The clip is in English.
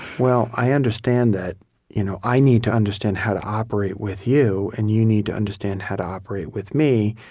well, i understand that you know i need to understand how to operate with you, and you need to understand how to operate with me,